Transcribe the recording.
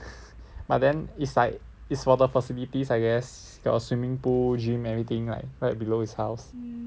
but then is like is for the facilities I guess got swimming pool gym everything like right below his house